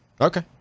Okay